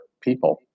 people